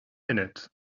minutes